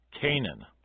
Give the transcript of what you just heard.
Canaan